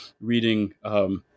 reading